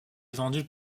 vendus